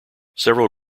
several